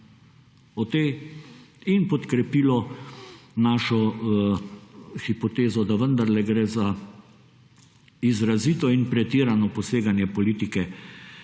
in podkrepilo našo hipotezo, da vendarle gre za izrazito in pretirano poseganje politike